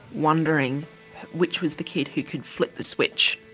wondering which was the kid who could flip the switch